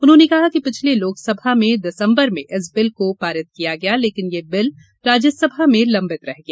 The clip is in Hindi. उन्होंने कहा कि पिछले लोकसभा में दिसंबर में इस बिल को पारित किया गया लेकिन ये बिल राज्यसभा में लंबित रह गया